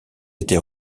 était